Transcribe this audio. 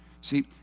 See